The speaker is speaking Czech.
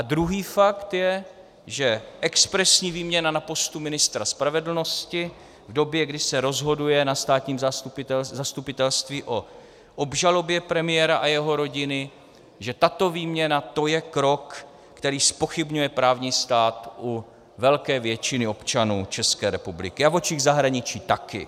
Druhý fakt je, že expresní výměna na postu ministra spravedlnosti v době, kdy se rozhoduje na státním zastupitelství o obžalobě premiéra a jeho rodiny, že tato výměna, to je krok, který zpochybňuje právní stát u velké většiny občanů České republiky a v očích zahraničí taky.